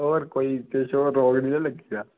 होर कोई किश होर रोग ते निं ना लग्गी दा